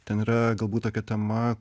ten yra galbūt tokia tema